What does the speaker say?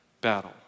battle